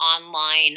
online